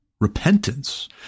repentance